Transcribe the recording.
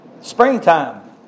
Springtime